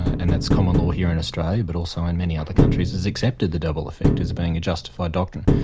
and that's common law here in australia, but also in many other countries, has accepted the double effect as being a justified document.